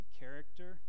character